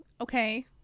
okay